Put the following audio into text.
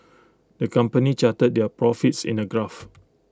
the company charted their profits in A graph